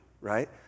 right